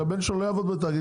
שהבן שלו לא יעבוד בתאגיד.